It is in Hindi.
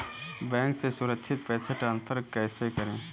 बैंक से सुरक्षित पैसे ट्रांसफर कैसे करें?